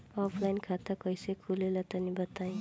Offline खाता कइसे खुलेला तनि बताईं?